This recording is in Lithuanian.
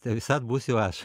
te visad būsiu aš